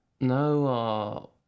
no